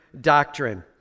doctrine